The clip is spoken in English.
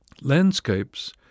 Landscapes